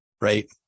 right